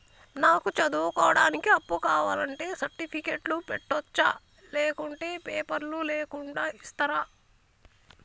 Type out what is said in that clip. నాకు చదువుకోవడానికి అప్పు కావాలంటే సర్టిఫికెట్లు పెట్టొచ్చా లేకుంటే పేపర్లు లేకుండా ఇస్తరా?